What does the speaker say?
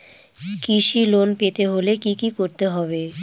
কৃষি লোন পেতে হলে কি করতে হবে?